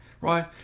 Right